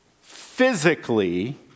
physically